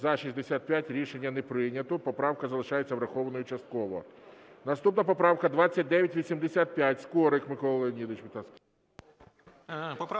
За-65 Рішення не прийнято. Поправка залишається врахованою частково. Наступна поправка 2985. Скорик Микола Леонідович, будь ласка.